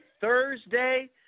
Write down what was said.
Thursday